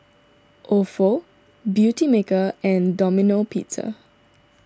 Ofo Beautymaker and Domino Pizza